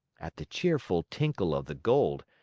at the cheerful tinkle of the gold,